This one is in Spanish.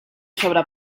sobra